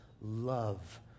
love